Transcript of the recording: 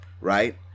right